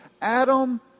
Adam